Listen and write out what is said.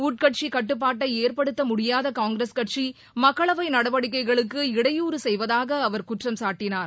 உட்கட்சிகட்டுப்பாட்டைஏற்படுத்தமுடியாதகாங்கிரஸ் கட்சி மக்களவைநடவடிக்கைகளுக்கு இடையூறு செய்வதாகஅவர் குற்றம் சாட்டினார்